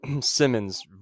Simmons